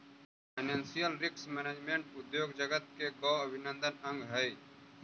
financial risk management उद्योग जगत के गो अभिन्न अंग हई